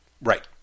right